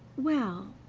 well,